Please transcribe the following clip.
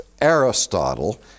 Aristotle